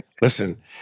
Listen